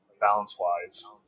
balance-wise